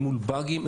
אל מול באגים,